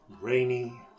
rainy